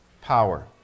power